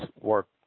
work